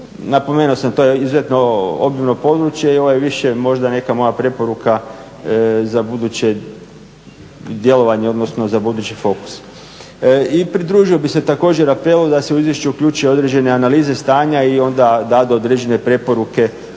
napomenuo sam to je izuzetno ozbiljno područje i ovo je više možda neka moja preporuka za buduće djelovanje, odnosno za budući fokus. I pridružio bih se također apelu da se u izvješće uključe određene analize stanja i onda dadu određene preporuke u